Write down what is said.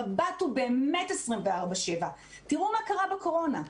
המבט הוא באמת 24/7. תראו מה קרה בקורונה.